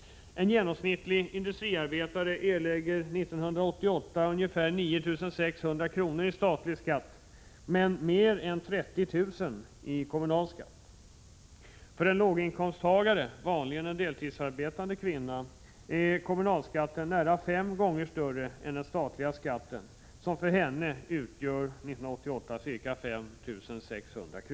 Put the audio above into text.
En genomsnittlig industriarbetare erlägger 1988 ungefär 9 600 kr. i statlig skatt, men mer än 30 000 kr. i kommunal skatt. För en låginkomsttagare, vanligen en deltidsarbetande kvinna, är kommunalskatten nära fem gånger större än den statliga skatten som 1988 för henne utgör ca 5 600 kr.